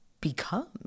become